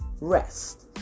rest